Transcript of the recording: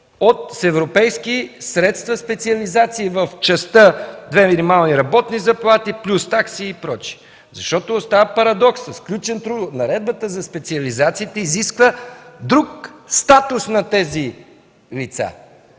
от европейски средства в частта две минимални работни заплати плюс такси и прочие, защото остава парадоксът, че Наредбата за специализациите изисква друг статус на тези лица.